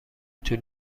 طول